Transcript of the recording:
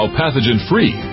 pathogen-free